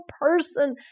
person